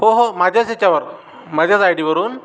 हो हो माझ्याच याच्यावर माझ्याच आय डीवरून